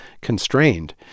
constrained